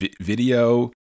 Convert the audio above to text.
video